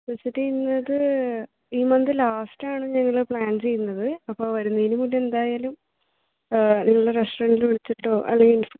visit ചെയ്യുന്നത് ഈ month last ആണ് ഞങ്ങൾ പ്ലാൻ ചെയ്യുന്നത് അപ്പോൾ വരുന്നതിന് മുന്നേ എന്തായാലും നിങ്ങളുടെ റസ്റ്റോറൻറ്റിൽ വിളിച്ചിട്ടോ അല്ലെങ്കിൽ